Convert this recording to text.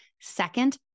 Second